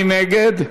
מי נגד?